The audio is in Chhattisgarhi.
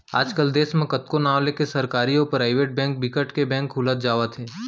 आज कल देस म कतको नांव लेके सरकारी अउ पराइबेट बेंक बिकट के बेंक खुलत जावत हे